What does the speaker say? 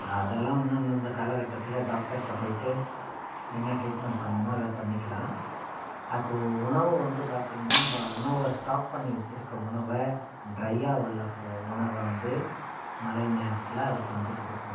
அதெல்லாம் வந்து அந்த அந்த காலக்கட்டத்தில் டாக்டர்கிட்ட போய்விட்டு என்ன ட்ரீட்மெண்ட் பண்ணணுமோ அதை பண்ணிக்கலாம் அதுக்கு உணவு வந்து பார்த்திங்கனா ப உணவை ஸ்டாக் பண்ணி வெச்சுருக்க உணவை ட்ரையாக உள்ள உணவை வந்து மழை நேரத்தில் அதுக்கு வந்து கொடுக்கும்